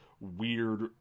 weird